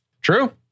True